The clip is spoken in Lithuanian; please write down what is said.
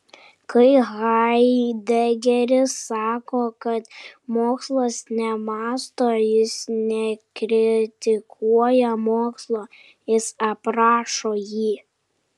kai haidegeris sako kad mokslas nemąsto jis nekritikuoja mokslo jis aprašo jį